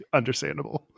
understandable